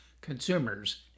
consumers